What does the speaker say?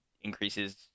increases